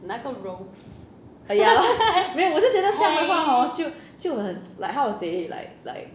ya lah 没有我是觉得这样的话 hor 就就很 like how to say like like